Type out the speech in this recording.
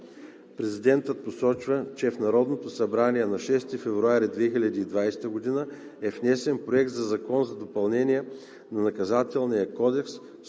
Президентът посочва и че в Народното събрание на 6 февруари 2020 г. е внесен Законопроект за допълнение на Наказателния кодекс,